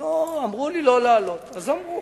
אמרו לי לא להעלות, אז אמרו.